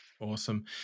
Awesome